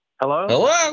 hello